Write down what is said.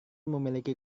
memiliki